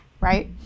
right